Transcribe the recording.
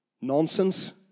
nonsense